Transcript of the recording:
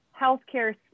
healthcare